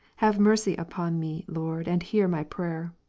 have mercy upon me? lord, and hear my prayer.